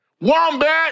Wombat